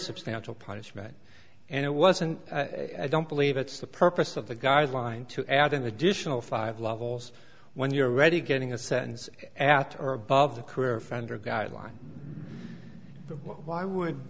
substantial punishment and it wasn't i don't believe it's the purpose of the guideline to add an additional five levels when you're already getting a sentence at or above the career fender guideline why